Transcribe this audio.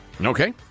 Okay